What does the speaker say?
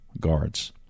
guards